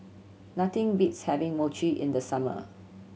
nothing beats having Mochi in the summer